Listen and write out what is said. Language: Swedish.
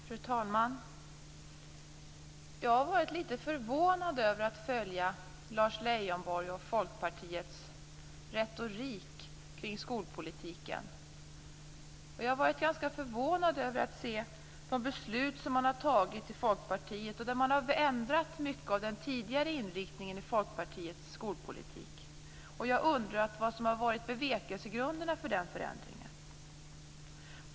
Fru talman! Jag har varit litet förvånad över att följa Lars Leijonborgs och Folkpartiets retorik kring skolpolitiken. Jag har varit ganska förvånad över att se de beslut som fattats i Folkpartiet där man ändrat mycket av den tidigare inriktningen i Folkpartiets skolpolitik. Jag har undrat vad som varit bevekelsegrunderna för den förändringen.